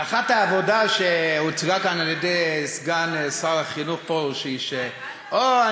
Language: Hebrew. הנחת העבודה שהוצגה כאן על-ידי סגן שר החינוך פרוש היא: אוה,